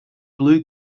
blue